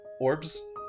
orbs